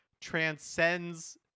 transcends